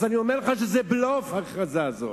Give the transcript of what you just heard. אז אני אומר לך שזה בלוף, ההכרזה הזאת,